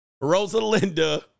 Rosalinda